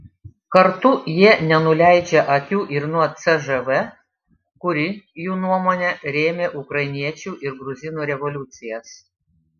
kartu jie nenuleidžia akių ir nuo cžv kuri jų nuomone rėmė ukrainiečių ir gruzinų revoliucijas